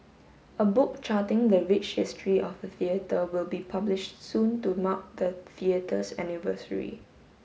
a book charting the rich history of the theatre will be published soon to mark the theatre's anniversary